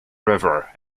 river